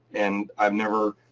and i've never,